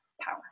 power